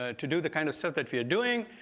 ah to do the kind of stuff that we're doing,